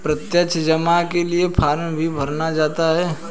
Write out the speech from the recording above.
प्रत्यक्ष जमा के लिये फ़ार्म भी भराया जाता है